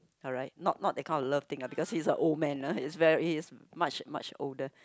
alright not not that kind of love thing ah because he's a old man ah he's very he is much much older